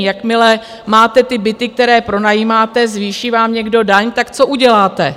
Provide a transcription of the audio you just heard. Jakmile máte ty byty, které pronajímáte, zvýší vám někdo daň, tak co uděláte?